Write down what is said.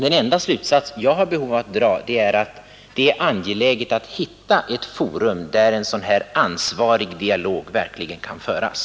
Den enda slutsats jag har behov av att dra är att det är angeläget att hitta ett forum där en ansvarig dialog verkligen kan föras.